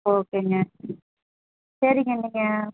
ஓகேங்க சரிங்க நீங்கள்